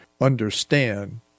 understand